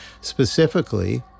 Specifically